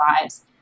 lives